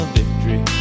victory